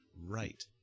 right